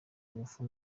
ngufu